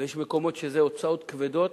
ויש מקומות שזה הוצאות כבדות,